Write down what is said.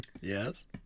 Yes